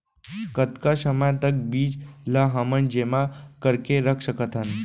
कतका समय तक बीज ला हमन जेमा करके रख सकथन?